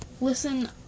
Listen